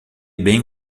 bem